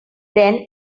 then